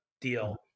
deal